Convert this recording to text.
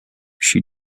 she